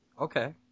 Okay